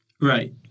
Right